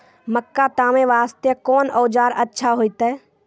मक्का तामे वास्ते कोंन औजार अच्छा होइतै?